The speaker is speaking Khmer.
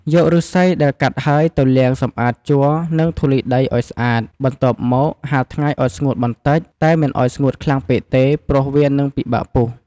យកឫស្សីដែលកាត់ហើយទៅលាងសម្អាតជ័រ និងធូលីដីឱ្យស្អាត។ បន្ទាប់មកហាលថ្ងៃឱ្យស្ងួតបន្តិច តែមិនឱ្យស្ងួតខ្លាំងពេកទេ ព្រោះវានឹងពិបាកពុះ។